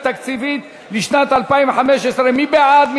מי בעד?